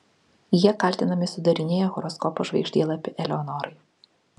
jie kaltinami sudarinėję horoskopo žvaigždėlapį eleonorai